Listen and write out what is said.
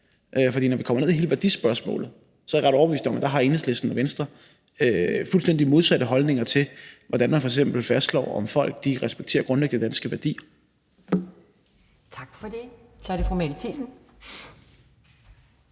For når vi kommer ned i hele værdispørgsmålet, er jeg ret overbevist om at Enhedslisten og Venstre har fuldstændig modsatte holdninger til, hvordan man f.eks. fastslår, om folk respekterer grundlæggende danske værdier. Kl. 18:22 Anden næstformand